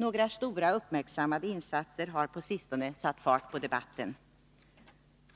Några stora uppmärksammade insatser har på sistone satt fart på debatten.